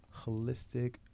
holistic